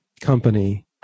company